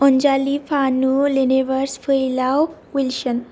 अनजालि फानु लिनिबारस फैलाव विलसन